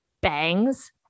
bangs